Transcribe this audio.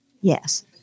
Yes